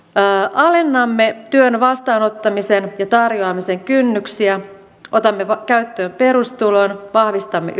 alennamme työn vastaanottamisen ja tarjoamisen kynnyksiä otamme käyttöön perustulon vahvistamme